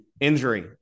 injury